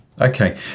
Okay